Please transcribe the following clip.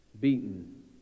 beaten